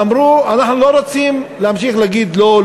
ואמרו: אנחנו לא רוצים להמשיך להגיד לא,